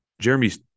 Jeremy's